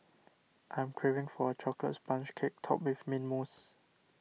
I am craving for a Chocolate Sponge Cake Topped with Mint Mousse